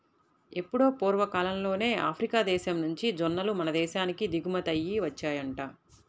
ఎప్పుడో పూర్వకాలంలోనే ఆఫ్రికా దేశం నుంచి జొన్నలు మన దేశానికి దిగుమతయ్యి వచ్చాయంట